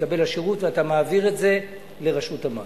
ממקבל השירות ואתה מעביר את זה לרשות המס.